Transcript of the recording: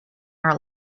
our